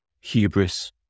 hubris